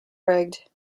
rigged